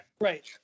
Right